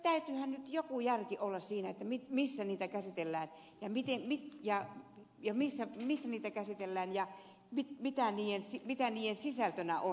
täytyyhän nyt joku järki olla siinä missä niitä käsitellään ja mikäli jää ja missä tukia käsitellään ja mitä niiden sisältönä on